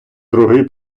другий